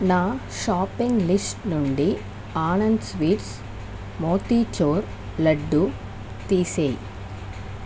నా shopping list నుండి Anand sweets motichoor laddu తీసేయి